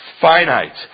finite